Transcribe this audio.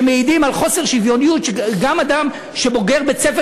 שמעידים על חוסר שוויוניות שגם בוגר בית-ספר